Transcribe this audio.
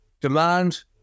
demand